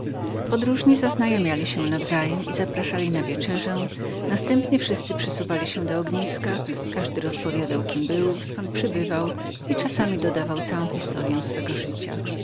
kóz podróżni zaznajmiali się nawzajem i zapraszali na wieczerzę następnie wszyscy przysuwali się do ogniska każdy rozpowiadał kim był zkąd przybywał i czasami dodawał całą historyę swego życia